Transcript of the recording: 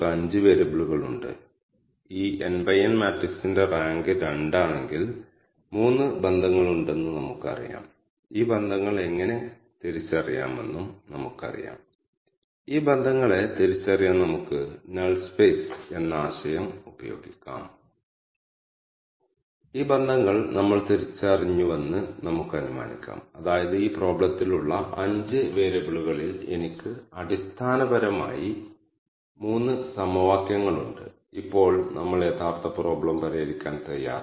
അവസാനമായി output argument എന്നത് ഒരു R ഒബ്ജക്റ്റ് തിരികെ നൽകുന്ന ഒരു ഒബ്ജക്റ്റാണ് അത് K മീൻസ് ക്ലാസ് ആണ് അതായത് ഇവിടെ കാണിച്ചിരിക്കുന്നതുപോലെ അത് നമുക്ക് ഇവിടെ ഉള്ളത് തന്നെയാണ്